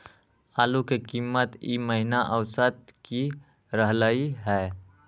आलू के कीमत ई महिना औसत की रहलई ह?